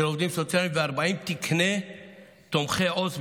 של עובדים סוציאליים ו-40 תקני תומכי עו"ס,